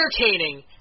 entertaining